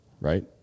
right